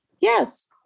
Yes